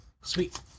sweet